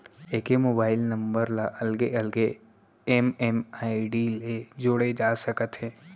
एके mobile number ल अलगे अलगे एम.एम.आई.डी ले जोड़े जा सकत हे